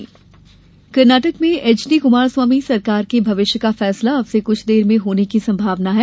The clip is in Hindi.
कर्नाटक कर्नाटक में एचडी कुमार स्वामी सरकार के भविष्य का फैसला अब से कुछ देर में होने की संभावना है